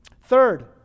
Third